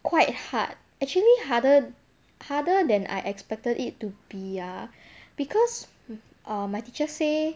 quite hard actually harder harder than I expected it to be ah because err my teacher say